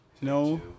No